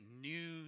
new